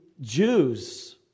Jews